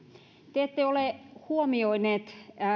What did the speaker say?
te ette ole huomioineet